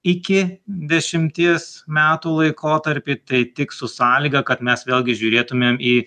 iki dešimties metų laikotarpį tai tik su sąlyga kad mes vėlgi žiūrėtumėm į